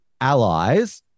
allies